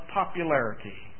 popularity